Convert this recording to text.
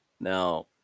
now